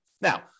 Now